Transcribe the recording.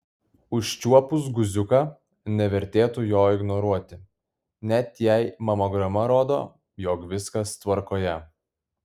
užčiuopus guziuką nevertėtų jo ignoruoti net jei mamograma rodo jog viskas tvarkoje